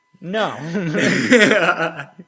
No